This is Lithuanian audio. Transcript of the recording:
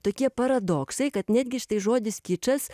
tokie paradoksai kad netgi štai žodis kičas